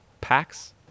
packs